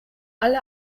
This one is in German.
alle